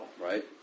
right